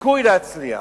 סיכוי להצליח.